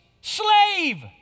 slave